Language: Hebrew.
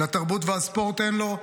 לתרבות והספורט אין לו,